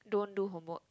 don't do homework